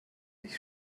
mich